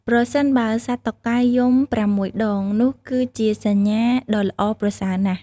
ប្រសិនបើសត្វតុកែយំប្រាំមួយដង នោះគឺជាសញ្ញាដ៏ល្អប្រសើរណាស់។